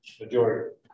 Majority